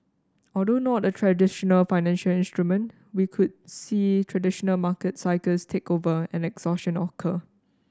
although not a traditional financial instrument we could see traditional market cycles take over and exhaustion occur